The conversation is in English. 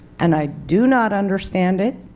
and i do not understand it.